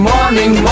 Morning